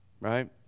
right